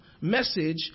message